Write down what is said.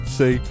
say